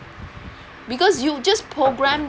because you just program